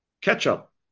ketchup